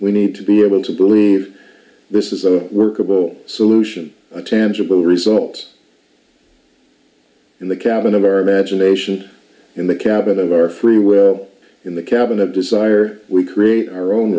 we need to be able to believe this is a workable solution a tangible result in the cabin of our imagination in the cabin of our free will in the cabin of desire we create our own